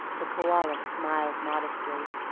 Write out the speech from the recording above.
the koala smiled modestly.